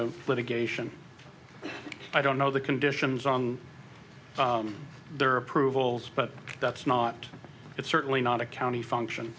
of litigation i don't know the conditions on their approval but that's not it's certainly not a county function